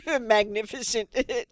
magnificent